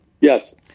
Yes